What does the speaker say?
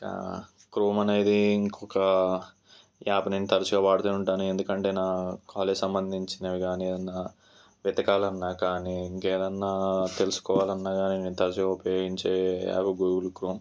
chrome అనేది ఇంకొక app నేను తరచుగా వాడుతూ ఉంటాను ఎందుకంటే నా కాలేజీ సంబంధించినవి గానీ ఏదన్నా వెతకాలన్నా గానీ ఇంకేదన్నా తెలుసుకోవాలన్నా గానీ నేను తరచుగా ఉపయోగించే యాప్ గూగుల్ క్రోమ్